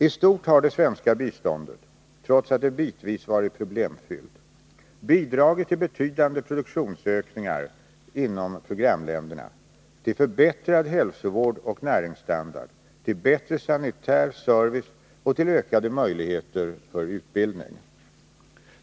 I stort har det svenska biståndet — trots att det bitvis varit problemfyllt — bidragit till betydande produktionsökningar inom programländerna, till förbättrad hälsovård och näringsstandard, till bättre sanitär service och till ökade möjligheter för utbildning.